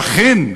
ואכן,